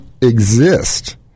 exist